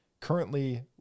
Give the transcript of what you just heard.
Currently